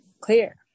clear